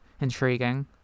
intriguing